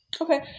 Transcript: Okay